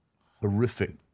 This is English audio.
horrific